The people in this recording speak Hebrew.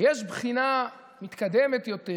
ויש בחינה מתקדמת יותר